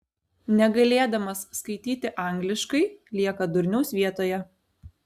negalėdamas skaityti angliškai lieka durniaus vietoje